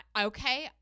okay